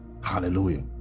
Hallelujah